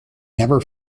never